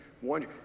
one